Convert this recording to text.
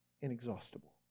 inexhaustible